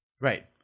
Right